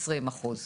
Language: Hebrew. עשרים אחוז.